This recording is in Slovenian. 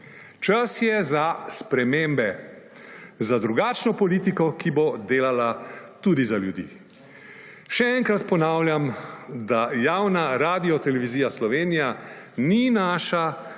Čas je za spremembe, za drugačno politiko, ki bo delala tudi za ljudi. Še enkrat ponavljam, da javna Radiotelevizija Slovenija ni naša